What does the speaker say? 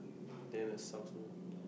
damn that sucks man